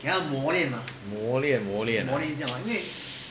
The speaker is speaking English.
磨练磨练 ah